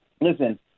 Listen